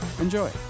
Enjoy